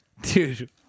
Dude